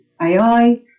AI